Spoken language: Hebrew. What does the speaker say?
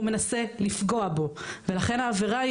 הוא מנסה לפגוע בו ולכן העבירה היא